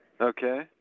Okay